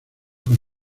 con